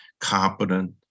competent